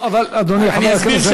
לא, אדוני חבר הכנסת, אני אסביר.